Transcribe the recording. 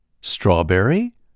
strawberry